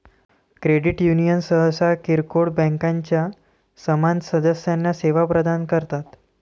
credit union सहसा किरकोळ बँकांच्या समान सदस्यांना सेवा प्रदान करतात